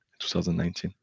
2019